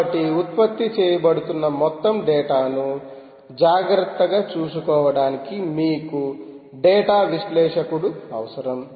కాబట్టి ఉత్పత్తి చేయబడుతున్న మొత్తం డేటా ను జాగ్రత్తగా చూసుకోవడానికి మీకు డేటా విశ్లేషకుడు అవసరం